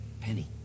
Penny